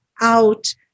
out